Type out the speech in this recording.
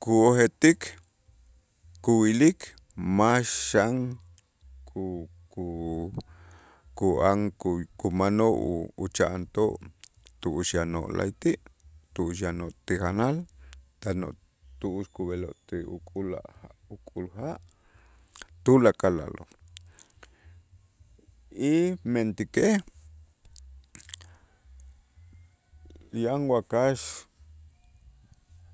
kujetik kuyilik max xan ku- ku- kuyaan ku- kumanoo' u- ucha'antoo' tu'ux yanoo' la'ayti', tu'ux yanoo' ti janal, tan u tu'ux kub'eloo' ti uk'ul a' uk'ul ja' tulakal a'lo' y mentäkej yan wakax.